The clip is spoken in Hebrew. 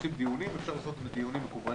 כשעושים דיונים אפשר לעשות אותם מקוונים,